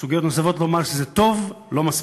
סוגיות נוספות, לומר שזה טוב, אבל לא מספיק.